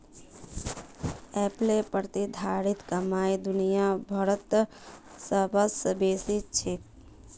एप्पलेर प्रतिधारित कमाई दुनिया भरत सबस बेसी छेक